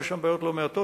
יש שם בעיות לא מעטות,